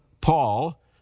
Paul